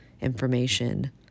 information